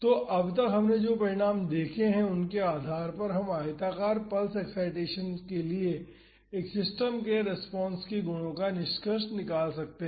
तो अब तक हमने जो परिणाम देखे हैं उनके आधार पर हम आयताकार पल्स एक्साइटेसन्स के लिए एक सिस्टम के रेस्पॉन्स के गुणों का निष्कर्ष निकाल सकते हैं